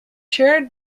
shared